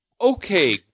okay